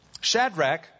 Shadrach